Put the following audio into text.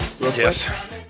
Yes